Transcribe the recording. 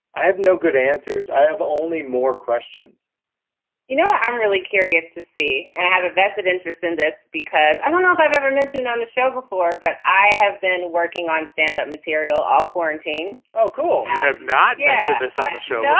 i have no good answers. i have only more questions you know, i'm really curious to see and have a vested interest in this because i don't know if i've ever mentioned on the show before, but i have been working on standup material, all quarantine oh, cool. you have not mentioned this on the show.